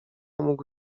mógł